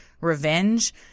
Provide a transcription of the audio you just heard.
revenge